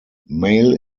mail